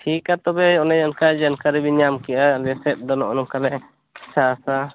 ᱴᱷᱤᱠ ᱜᱮᱭᱟ ᱛᱚᱵᱮ ᱚᱱᱮ ᱚᱱᱠᱟ ᱡᱟᱱᱠᱟᱹᱨᱤ ᱵᱮᱱ ᱧᱟᱢ ᱠᱮᱫᱼᱟ ᱟᱞᱮ ᱥᱮᱫ ᱫᱚ ᱱᱚᱜᱼᱚᱜ ᱱᱚᱝᱠᱟᱞᱮ ᱪᱟᱥᱟ